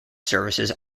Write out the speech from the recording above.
services